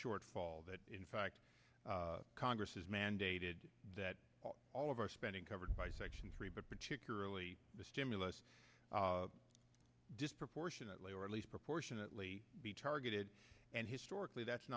shortfall that in fact congress has mandated that all of our spending covered by section three but particularly the stimulus disproportionately or at least proportionately be targeted and historically that's